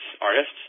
artists